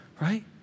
right